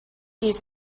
east